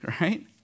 right